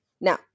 Now